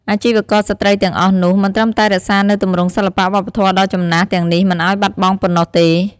អាជីវករស្រ្តីទាំងអស់នោះ មិនត្រឹមតែរក្សានូវទម្រង់សិល្បៈវប្បធម៌ដ៏ចំណាស់ទាំងនេះមិនឱ្យបាត់បង់ប៉ុណ្ណោះទេ។